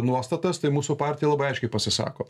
nuostatas tai mūsų partija labai aiškiai pasisako